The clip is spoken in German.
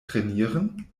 trainieren